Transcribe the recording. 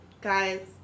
guys